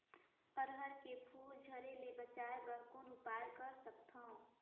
अरहर के फूल झरे ले बचाय बर कौन उपाय कर सकथव?